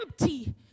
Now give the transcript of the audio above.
empty